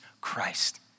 Christ